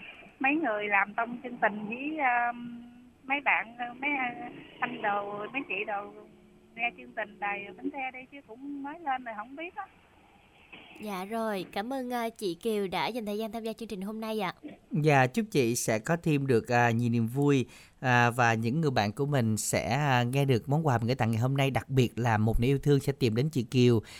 Mấy người làm tông chương trình với, ờ, mấy bạn, mấy, ờ, anh đồ, mấy chị đồ nghe chương trình đài Bến Tre đây chứ cũng mới lên rồi không biết á. Dạ rồi, cảm ơn, ờ, chị Kiều đã dành thời gian tham gia chương trình hôm nay ạ. Dạ, chúc chị sẽ có thêm được, ờ, nhiều niềm vui, ờ, và những người bạn của mình sẽ, ờ, nghe được món quà mình gửi tặng ngày hôm nay, đặc biệt là một niềm yêu thương sẽ tìm đến chị Kiều.